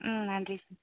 ம் நன்றி சார்